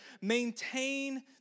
maintain